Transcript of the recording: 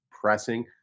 pressing